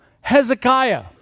Hezekiah